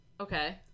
Okay